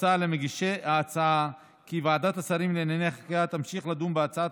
הוצע למגישי ההצעה כי ועדת השרים לענייני חקיקה תמשיך לדון בהצעת